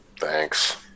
Thanks